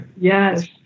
Yes